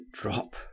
drop